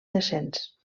descens